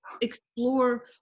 explore